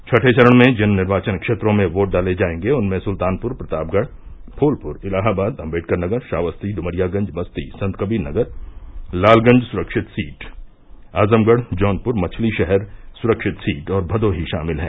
छठे चरण में जिन निर्वाचन क्षेत्रों में योट डाले जायेंगे उनमें सुल्तानपुर प्रतापगढ़ फूलपुर इलाहाबाद अम्बेडकर नगर श्रावस्ती डुमरियागंज बस्ती संतकबीर नगर लालगंज सुरक्षित सीट आजमगढ़ जौनपुर मछलीशहर सुरक्षित सीट और भदोही शामिल हैं